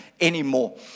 anymore